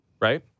right